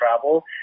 travel